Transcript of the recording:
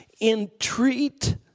Entreat